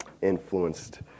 influenced